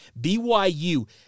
BYU